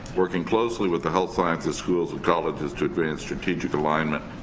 working closely with the health sciences schools and colleges to advance strategic alignment